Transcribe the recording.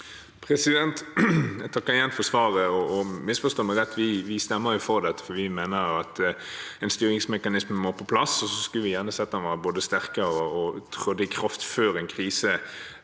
Jeg takker igjen for svaret. Misforstå meg rett: Vi stemmer for dette fordi vi mener at en styringsmekanisme må på plass, og så skulle vi gjerne sett at den både var sterkere og trådte i kraft før en krise